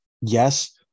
Yes